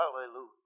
Hallelujah